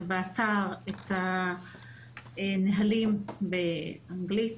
באתר את הנהלים באנגלית,